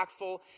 impactful